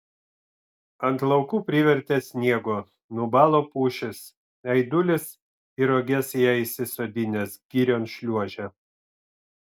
ant laukų privertė sniego nubalo pušys aidulis į roges ją įsisodinęs girion šliuožė